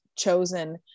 chosen